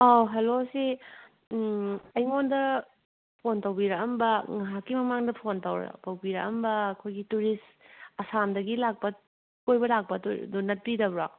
hello ꯁꯤ ꯎꯝ ꯑꯩꯉꯣꯟꯗ ꯐꯣꯟ ꯇꯧꯕꯤꯔꯛꯂꯝꯕ ꯉꯥꯏꯍꯥꯛꯀꯤ ꯃꯃꯥꯡꯗ ꯐꯣꯟ ꯇꯧꯕꯤꯔꯛꯂꯝꯕ ꯑꯩꯈꯣꯏꯒꯤ ꯇꯨꯔꯤꯁ ꯑꯁꯥꯝꯗꯒꯤ ꯂꯥꯛꯄ ꯀꯣꯏꯕ ꯂꯥꯛꯄꯗꯨ ꯅꯠꯄꯤꯗꯕ꯭ꯔꯣ